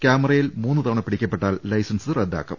ക്യാമറയിൽ മൂന്ന് തവണ പിടിക്കപ്പെട്ടാൽ ലൈസൻസ് റദ്ദാക്കും